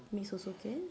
mix also can